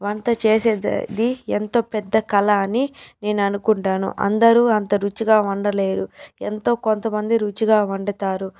వంట చేసేది ఎంతో పెద్ద కళ అని నేను అనుకుంటాను అందరూ అంత రుచిగా వండలేరు ఎంతో కొంత మంది రుచిగా వండతారు